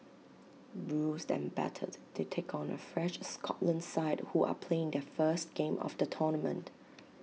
bruised and battered they take on A fresh Scotland side who are playing their first game of the tournament